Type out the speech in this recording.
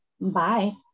Bye